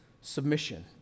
submission